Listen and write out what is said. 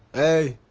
a